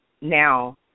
now